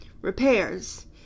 Repairs